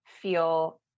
feel